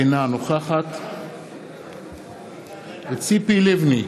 אינה נוכחת ציפי לבני,